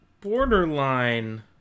borderline